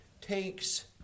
takes